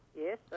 Yes